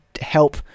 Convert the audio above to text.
help